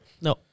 No